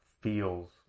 feels